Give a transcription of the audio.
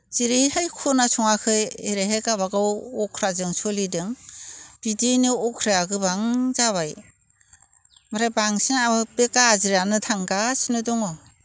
जेरैहाय खोनासङाखै ओरैहाय गावबा गाव अख्राजों सोलिदों बिदिनो अख्राया गोबां जाबाय ओमफ्राय बांसिन गाज्रियानो थांगासिनो दङ